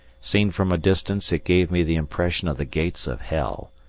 seen from a distance it gave me the impression of the gates of hell,